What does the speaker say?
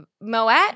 Moet